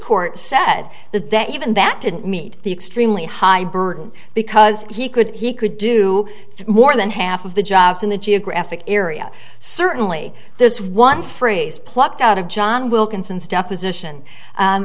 court said that that even that didn't meet the extremely high burden because he could he could do more than half of the jobs in the geographic area certainly this one phrase plucked out of john wilkinson's deposition